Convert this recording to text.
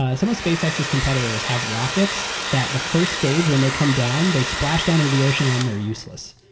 ah some of spacex's competitors have rockets that the first stage when they come down, they splash down into the ocean, and then they're useless.